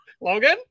Logan